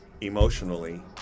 emotionally